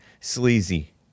sleazy